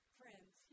friends